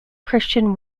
christian